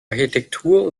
architektur